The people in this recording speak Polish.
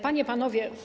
Panie i Panowie!